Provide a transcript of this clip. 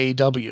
AW